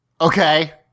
Okay